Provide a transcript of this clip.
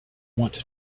want